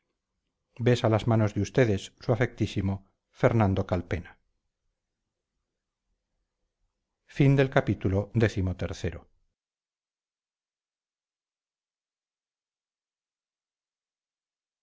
besa las manos de ustedes su afectísimo fernando calpena